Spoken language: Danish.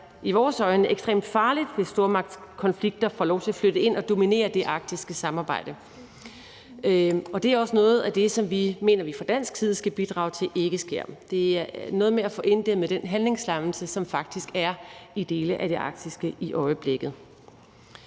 i vores øjne ekstremt farligt, hvis stormagtskonflikter får lov til at flytte ind og dominere det arktiske samarbejde, og det er også noget af det, som vi mener at vi fra dansk side skal bidrage til ikke sker. Det er noget med at få inddæmmet den handlingslammelse, som der faktisk er i dele af Arktis i øjeblikket.